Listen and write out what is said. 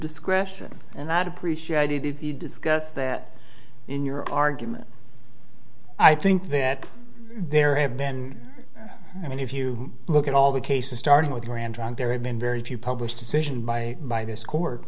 discretion and i'd appreciate it if you discuss that in your argument i think that there have been i mean if you look at all the cases starting with miranda and there have been very few published decision by by this court i